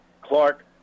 Clark